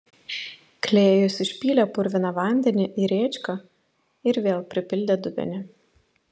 klėjus išpylė purviną vandenį į rėčką ir vėl pripildė dubenį